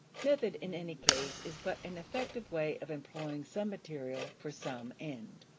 method in any case is but an effective way of employing some material for some end.